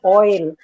oil